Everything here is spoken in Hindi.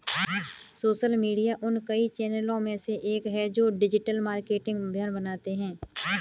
सोशल मीडिया उन कई चैनलों में से एक है जो डिजिटल मार्केटिंग अभियान बनाते हैं